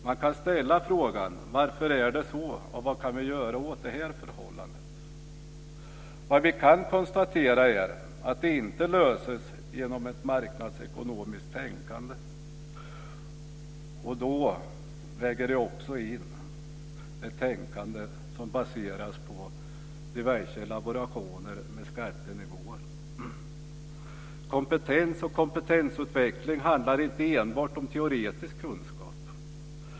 Man kan ställa frågan: Varför är det så, och vad kan vi göra åt det här förhållandet? Vad vi kan konstatera är att det inte löses genom ett marknadsekonomiskt tänkande. Då lägger jag också in ett tänkande som baseras på diverse laborationer med skattenivåer. Kompetens och kompetensutveckling handlar inte enbart om teoretisk kunskap.